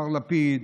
מר לפיד.